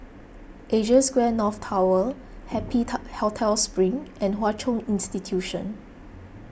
Asia Square North Tower Happy Hotel Spring and Hwa Chong Institution